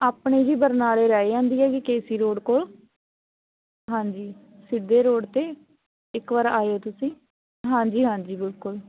ਆਪਣੇ ਜੀ ਬਰਨਾਲੇ ਰਹਿ ਜਾਂਦੀ ਹੈ ਜੀ ਕੇ ਸੀ ਰੋਡ ਕੋਲ ਹਾਂਜੀ ਸਿੱਧੇ ਰੋਡ 'ਤੇ ਇੱਕ ਵਾਰ ਆਇਓ ਤੁਸੀਂ ਹਾਂਜੀ ਹਾਂਜੀ ਬਿਲਕੁਲ